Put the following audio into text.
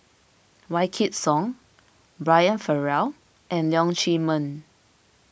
Wykidd Song Brian Farrell and Leong Chee Mun